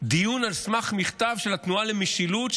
דיון על סמך מכתב של התנועה למשילות,